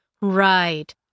Right